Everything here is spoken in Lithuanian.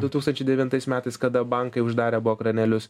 du tūkstančiai devintais metais kada bankai uždarė buvo kranelius